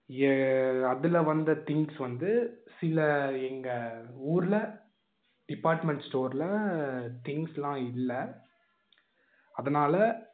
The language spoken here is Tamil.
எ அதில் வந்த திங்க்ஸ் வந்து சில எங்கள் ஊர்ல டிபார்ட்மெண்ட் ஸ்டோர்ல திங்க்ஸ்லாம் இல்லை அதனால